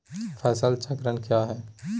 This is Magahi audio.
फसल चक्रण क्या है?